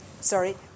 Sorry